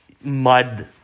mud